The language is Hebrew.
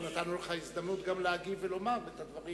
אנחנו נתנו לך הזדמנות גם להגיב ולומר את הדברים